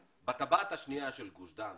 בטבעת השנייה של גוש דן